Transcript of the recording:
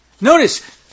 notice